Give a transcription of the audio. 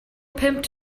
pimped